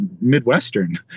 Midwestern